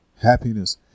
happiness